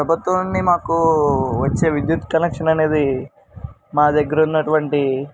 ప్రభుత్వాన్ని మాకు వచ్చే విద్యుత్ కలక్షన్ అనేది మా దగ్గర ఉన్నటువంటి